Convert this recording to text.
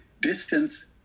distance